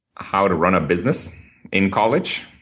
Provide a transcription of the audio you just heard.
how to run a business in college.